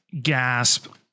gasp